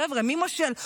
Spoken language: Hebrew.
חבר'ה, מי מושל?